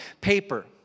paper